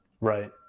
right